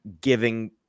giving